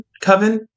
Coven